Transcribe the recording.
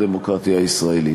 בדמוקרטיה הישראלית.